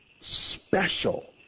special